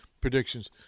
predictions